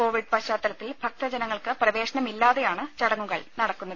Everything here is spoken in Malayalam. കോവിഡ് പശ്ചാത്തലത്തിൽ ഭക്തജനങ്ങൾക്ക് പ്രവേശനമില്ലാതെയാണ് ചടങ്ങുകൾ നടക്കുന്നത്